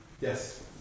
Yes